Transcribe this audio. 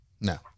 No